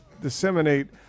disseminate